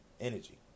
energy